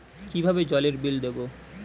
কিভাবে জলের বিল দেবো?